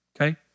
Okay